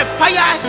fire